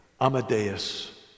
Amadeus